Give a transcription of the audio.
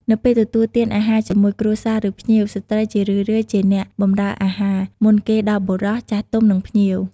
នៅពេលទទួលទានអាហារជាមួយគ្រួសារ ឬភ្ញៀវ ស្ត្រីជារឿយៗជាអ្នកបម្រើអាហារ មុនគេដល់បុរស ចាស់ទុំ និងភ្ញៀវ។